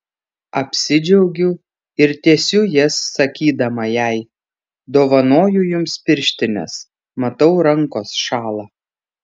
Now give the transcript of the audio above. apsidžiaugiu ir tiesiu jas sakydama jai dovanoju jums pirštines matau rankos šąla